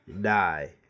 die